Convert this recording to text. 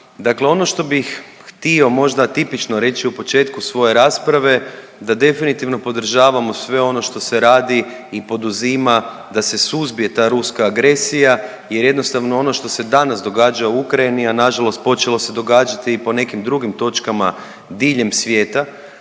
Dakle, ono što bih htio možda tipično reći u početku svoje rasprave da definitivno podržavamo sve ono što se radi i poduzima da se suzbije ta ruska agresija jer jednostavno ono što se danas događa u Ukrajini, a nažalost počelo se događati i po nekim drugim točkama diljem svijeta,